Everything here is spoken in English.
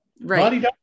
right